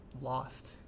lost